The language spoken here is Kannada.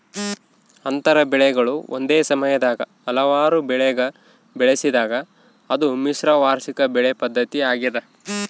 ಅಂತರ ಬೆಳೆಗಳು ಒಂದೇ ಸಮಯದಲ್ಲಿ ಹಲವಾರು ಬೆಳೆಗ ಬೆಳೆಸಿದಾಗ ಅದು ಮಿಶ್ರ ವಾರ್ಷಿಕ ಬೆಳೆ ಪದ್ಧತಿ ಆಗ್ಯದ